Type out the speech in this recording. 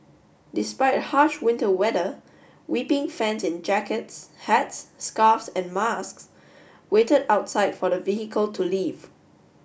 despite harsh winter weather weeping fans in jackets hats scarves and masks waited outside for the vehicle to leave